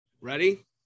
Ready